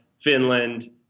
Finland